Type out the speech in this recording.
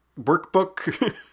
workbook